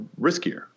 riskier